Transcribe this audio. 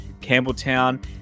Campbelltown